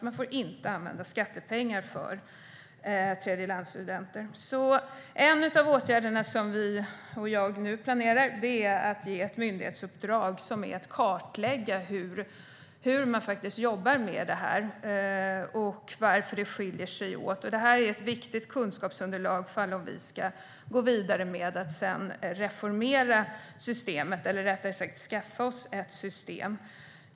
Man får inte använda skattepengar för tredjelandsstudenter. En av åtgärderna som jag planerar är att ge i myndighetsuppdrag att kartlägga hur man jobbar med detta och varför det skiljer sig åt. Det är ett viktigt kunskapsunderlag om vi ska gå vidare med att reformera systemet - eller rättare sagt skaffa oss ett system.